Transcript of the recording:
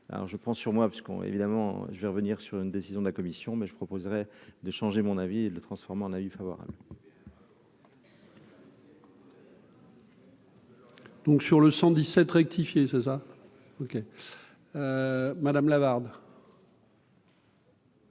je prends sur moi, parce qu'on évidemment je vais revenir sur une décision de la commission mais je proposerai de changer mon avis le transforme en avis favorable.